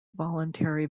voluntary